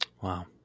Wow